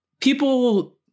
people